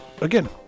again